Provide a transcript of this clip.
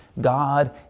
god